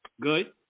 Good